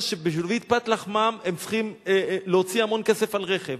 שמפת לחמם הם צריכים להוציא המון כסף על רכב,